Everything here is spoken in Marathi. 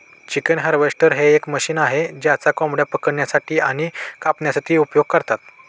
चिकन हार्वेस्टर हे एक मशीन आहे ज्याचा कोंबड्या पकडण्यासाठी आणि कापण्यासाठी उपयोग करतात